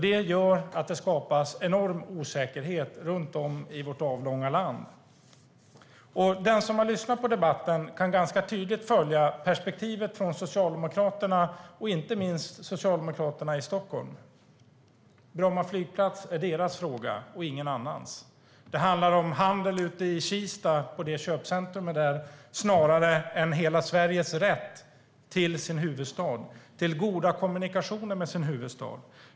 Det skapar enorm osäkerhet runt om i vårt avlånga land. Den som har lyssnat på debatten kan ganska tydligt följa Socialdemokraternas perspektiv. Det gäller inte minst Socialdemokraterna i Stockholm; Bromma flygplats är deras fråga och ingen annans. Det handlar om handel ute i Kista, på köpcentrumet där, snarare än hela Sveriges rätt till sin huvudstad, till goda kommunikationer med sin huvudstad.